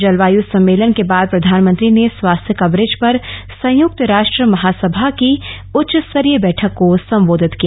जलवायू सम्मेलन के बाद प्रधानमंत्री ने स्वास्थ्य कवरेज पर संयुक्त राष्ट्र महासभा की उच्चस्तरीय बैठक को संबोधित किया